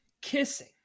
kissing